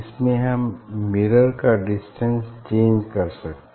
इसमें हम मिरर का डिस्टेंस चेंज कर सकते हैं